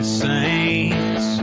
saints